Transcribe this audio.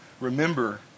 Remember